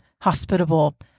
hospitable